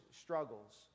struggles